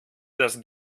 das